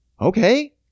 Okay